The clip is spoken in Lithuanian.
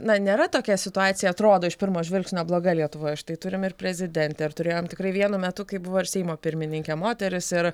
na nėra tokia situacija atrodo iš pirmo žvilgsnio bloga lietuvoje štai turim ir prezidentę ir turėjom tikrai vienu metu kai buvo ir seimo pirmininkė moteris ir